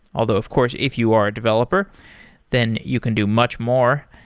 although of course, if you are a developer then you can do much more.